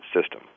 system